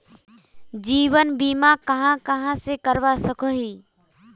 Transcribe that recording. जीवन बीमा कहाँ कहाँ से करवा सकोहो ही?